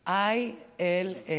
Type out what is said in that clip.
ALS,